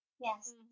Yes